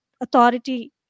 authority